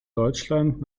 deutschland